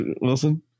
Wilson